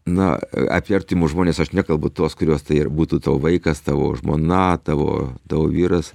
na apie artimus žmones aš nekalbu tuos kuriuos tai ar būtų tavo vaikas tavo žmona tavo tavo vyras